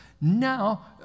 Now